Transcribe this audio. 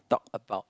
talk about